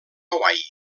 hawaii